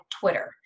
Twitter